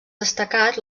destacat